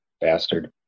bastard